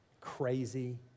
crazy